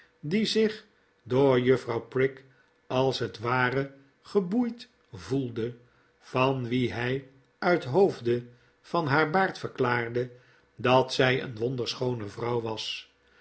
die zich door juffrouw prig als het ware geboeid voelde van wie hij uit hoofde van haar baard verklaarde dat zij een wonderschoone vrouw was